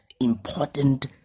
important